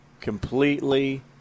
completely